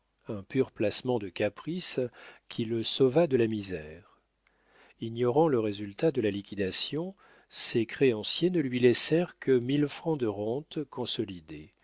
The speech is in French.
un pur placement de caprice qui le sauva de la misère ignorant le résultat de la liquidation ses créanciers ne lui laissèrent que mille francs de rente consolidés